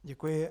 Děkuji.